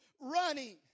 running